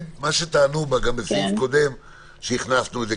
את מה שהם טענו גם בסעיף הקודם שהכנסנו את זה.